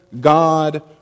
God